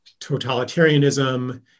totalitarianism